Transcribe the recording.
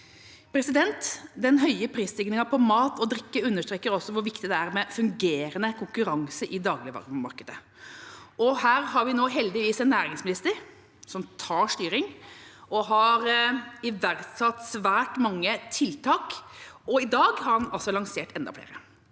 omstillingen. Den høye prisstigningen på mat og drikke understreker også hvor viktig det er med fungerende konkurranse i dagligvaremarkedet. Her har vi nå heldigvis en næringsminister som tar styring og har iverksatt svært mange tiltak, og i dag har han altså lansert enda flere.